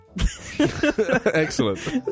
Excellent